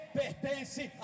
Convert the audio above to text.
pertence